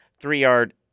three-yard